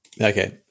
Okay